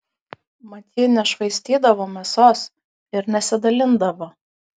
mat ji nešvaistydavo mėsos ir nesidalindavo